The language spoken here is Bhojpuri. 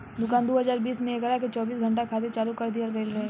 दुकान दू हज़ार बीस से एकरा के चौबीस घंटा खातिर चालू कर दीहल गईल रहे